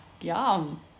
yum